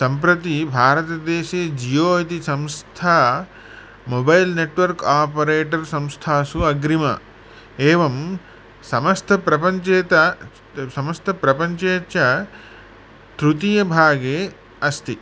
सम्प्रति भारतदेशे जियो इति संस्था मोबैल् नेट्वर्क् ओपरेटर् संस्थासु अग्रिमः एवं समस्तप्रपञ्चेत् समस्तप्रपञ्चे च तृतीयभागे अस्ति